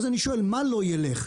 אז אני שואל מה לא ילך?